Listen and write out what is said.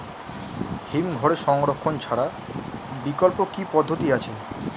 হিমঘরে সংরক্ষণ ছাড়া বিকল্প কি পদ্ধতি আছে?